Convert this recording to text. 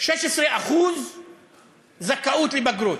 16% זכאות לבגרות.